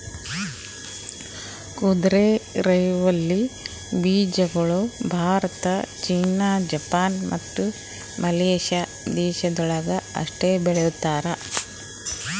ಕುದುರೆರೈವಲಿ ಬೀಜಗೊಳ್ Bharat, China, Japan, ಮತ್ತ ಮಲೇಷ್ಯಾ ದೇಶಗೊಳ್ದಾಗ್ ಅಷ್ಟೆ ಬೆಳಸ್ತಾರ್